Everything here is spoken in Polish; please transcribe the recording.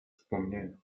wspomnienia